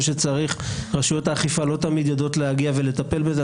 שצריך ורשויות האכיפה לא תמיד יודעות לטפל בזה.